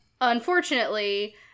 unfortunately